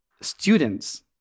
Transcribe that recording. students